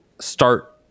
start